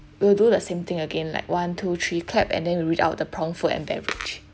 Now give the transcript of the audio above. we'll do the same thing again like one two three clap and then we read out the prompt food and beverage